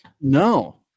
No